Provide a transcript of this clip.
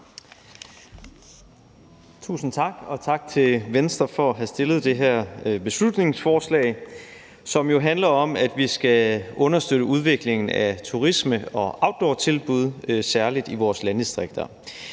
Tusind tak. Og tak til Venstre for at have fremsat det her beslutningsforslag, som jo handler om, at vi skal understøtte udviklingen af turisme og outdoortilbud, særlig i vores landdistrikter.